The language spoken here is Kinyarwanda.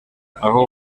aho